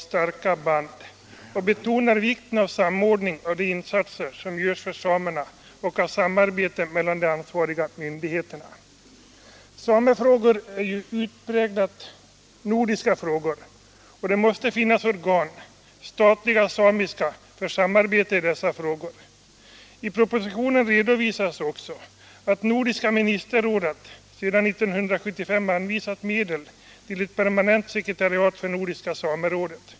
Samcefrågor är utpräglat nordiska frågor och det måste finnas organ — statliga och samiska —- för samarbete i dessa frågor. I propositionen redovisas också att Nordiska ministerrådet sedan 1975 anvisat medel till ett permanent sekretariat för Nordiska samerådet.